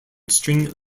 string